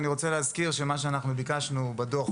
אני רוצה להזכיר שמה שאנחנו ביקשנו בדוח,